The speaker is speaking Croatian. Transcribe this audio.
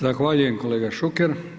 Zahvaljujem kolega Šuker.